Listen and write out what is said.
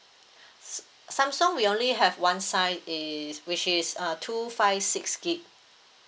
samsung we only have one size is which is uh two five six gig